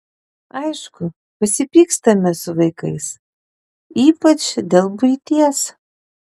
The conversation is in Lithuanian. aišku pasipykstame su vaikais ypač dėl buities